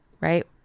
right